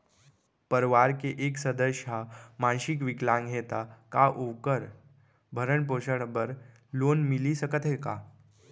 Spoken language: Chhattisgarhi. परवार के एक सदस्य हा मानसिक विकलांग हे त का वोकर भरण पोषण बर लोन मिलिस सकथे का?